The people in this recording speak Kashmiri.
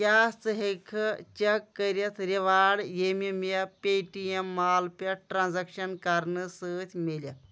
کیٛاہ ژٕ ہٮ۪کہٕ چیٚک کٔرِتھ ریواڈ ییٚمہِ مےٚ پے ٹی ایٚم مال پٮ۪ٹھ ٹرانٛزیٚکشن کرنہٕ سۭتۍ مِلہِ